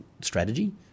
strategy